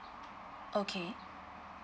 okay